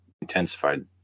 intensified